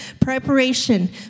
Preparation